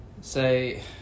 say